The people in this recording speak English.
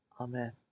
Amen